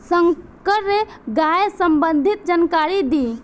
संकर गाय सबंधी जानकारी दी?